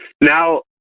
Now